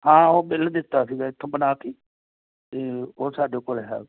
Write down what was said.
ਹਾਂ ਉਹ ਬਿੱਲ ਦਿੱਤਾ ਸੀਗਾ ਇੱਥੋਂ ਬਣਾ ਕੇ ਅਤੇ ਉਹ ਸਾਡੇ ਕੋਲ ਹੈ